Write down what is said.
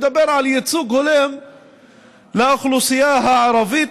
מדבר על ייצוג הולם לאוכלוסייה הערבית